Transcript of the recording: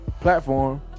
platform